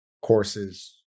Courses